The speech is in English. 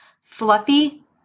Fluffy